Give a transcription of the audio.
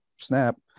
snap